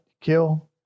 kill